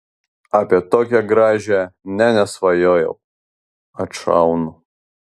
apie tokią gražią nė nesvajojau atšaunu